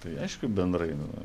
tai aišku bendrai nu